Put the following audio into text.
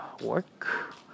work